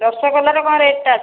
ରସଗୋଲାର କଣ ରେଟଟା ଅଛି